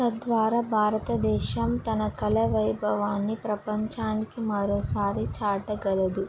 తద్వారా భారతదేశం తన కళా వైభవాన్ని ప్రపంచానికి మరోసారి చాటగలదు